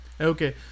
okay